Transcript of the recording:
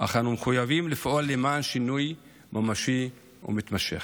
אך אנו מחויבים לפעול למען שינוי ממשי ומתמשך.